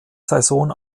saison